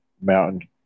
mountain